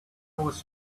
was